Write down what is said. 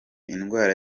indwara